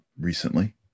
recently